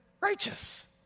righteous